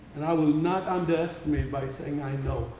and i will not underestimate by saying i know.